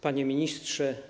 Panie Ministrze!